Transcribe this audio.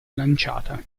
lanciata